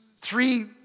three